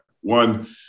One